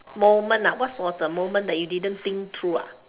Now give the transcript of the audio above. moment ah what was the moment that you didn't think through ah